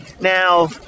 Now